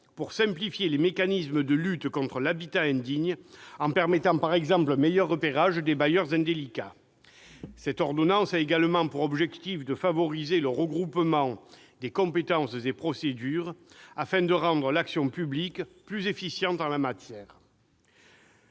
pour simplifier les mécanismes de lutte contre l'habitat indigne, en permettant, par exemple, un meilleur repérage des bailleurs indélicats. Cette ordonnance a également pour objectif de favoriser le regroupement des compétences et procédures afin de rendre l'action publique plus efficiente en la matière.